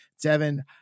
devin